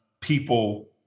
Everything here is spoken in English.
people